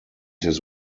his